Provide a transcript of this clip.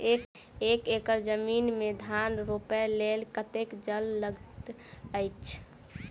एक एकड़ जमीन मे धान रोपय लेल कतेक जल लागति अछि?